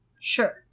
sure